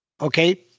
Okay